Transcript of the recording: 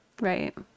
Right